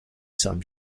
some